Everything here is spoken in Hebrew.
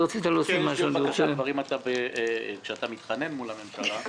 יש לי עוד בקשה אם אתה כבר מתחנן בפני הממשלה.